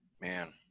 Man